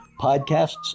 podcasts